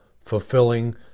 fulfilling